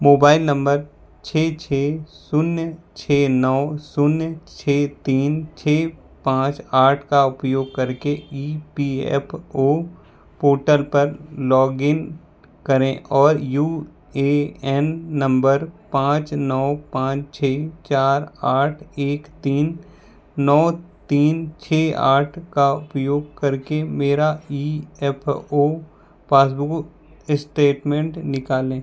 mobile number छेह छेह शून्य छः नौ शून्य छः तीन छः पाँच आठ का उपयोग करके E P F O portal पर लॉग इन करें और यू ए एन नंबर पाँच नौ पाँच छः चार आठ एक तीन नौ तीन छः आठ का उपयोग करके मेरा E F O passbook statement निकालें